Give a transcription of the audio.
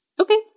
Okay